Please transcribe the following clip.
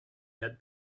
had